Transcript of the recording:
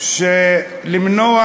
למנוע